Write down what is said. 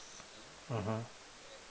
mmhmm